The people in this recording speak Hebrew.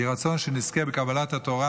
יהי רצון שנזכה בקבלת התורה